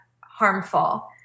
harmful